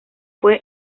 fue